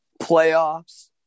Playoffs